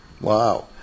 Wow